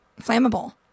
flammable